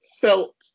felt